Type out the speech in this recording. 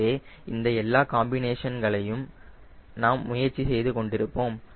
எனவே இந்த எல்லா காம்பினேஷன்களையும் நாம் முயற்சி செய்து கொண்டிருப்போம்